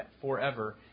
forever